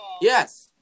Yes